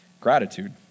Gratitude